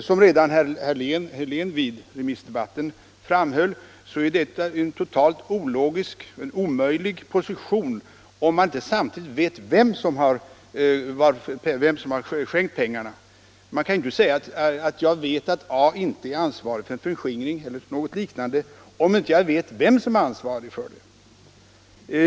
Som herr Helén framhöll redan vid remissdebatten är det omöjligt att acceptera ett sådant påstående om man inte samtidigt vet vem som har skänkt pengarna. Jag kan inte säga att jag vet att A inte är ansvarig för förskingring eller liknande om jag inte vet vem som är ansvarig!